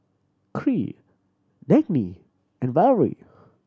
Kyree Dagny and Valery